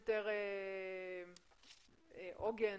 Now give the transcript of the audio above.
יש עוגן